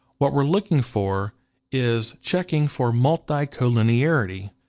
what we're looking for is, checking for multicollinearity.